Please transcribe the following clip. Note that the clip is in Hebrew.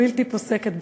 בלתי פוסקת,